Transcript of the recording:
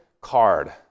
card